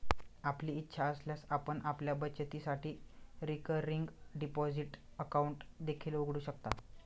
आपली इच्छा असल्यास आपण आपल्या बचतीसाठी रिकरिंग डिपॉझिट अकाउंट देखील उघडू शकता